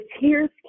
tears